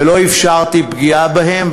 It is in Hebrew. ולא אפשרתי פגיעה בהם,